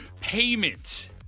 Payment